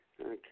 Okay